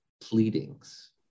pleadings